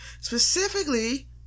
specifically